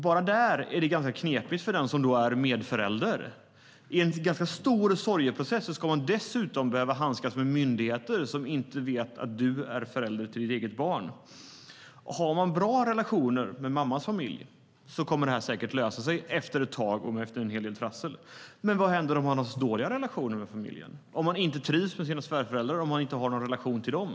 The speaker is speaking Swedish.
Bara där är det ganska knepigt för den som är medförälder. I en ganska stor sorgeprocess ska man dessutom behöva handskas med myndigheter som inte vet att man är förälder till sitt eget barn. Har man bra relationer med mammans familj kommer det här säkert att lösa sig efter ett tag och efter en hel del trassel. Men vad händer om man har dåliga relationer med mammans familj, om man inte trivs med sina svärföräldrar, om man inte har någon relation till dem?